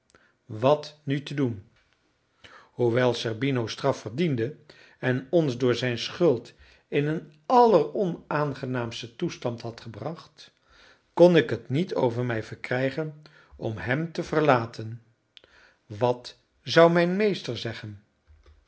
wat nu te doen hoewel zerbino straf verdiende en ons door zijn schuld in een alleronaangenaamsten toestand had gebracht kon ik het niet over mij verkrijgen om hem te verlaten wat zou mijn meester zeggen